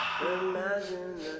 Imagine